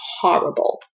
horrible